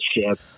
ship